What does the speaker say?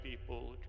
people